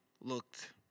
looked